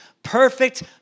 Perfect